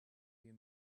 you